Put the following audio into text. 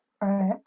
right